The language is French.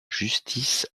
justice